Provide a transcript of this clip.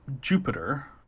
Jupiter